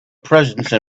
presence